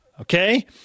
Okay